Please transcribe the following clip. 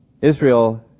Israel